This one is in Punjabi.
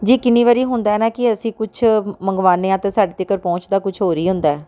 ਜੀ ਕਿੰਨੀ ਵਾਰੀ ਹੁੰਦਾ ਹੈ ਨਾ ਕਿ ਅਸੀਂ ਕੁਛ ਮੰਗਵਾਉਂਦੇ ਹਾਂ ਅਤੇ ਸਾਡੇ ਤੱਕ ਪਹੁੰਚਦਾ ਕੁਛ ਹੋਰ ਹੀ ਹੁੰਦਾ ਹੈ